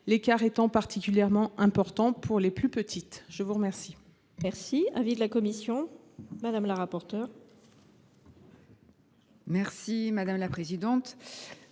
l’écart étant particulièrement important pour les plus petites communes.